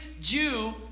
Jew